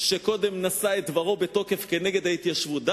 שקודם נשא את דברו בתוקף כנגד ההתיישבות,